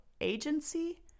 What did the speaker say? agency